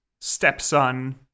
stepson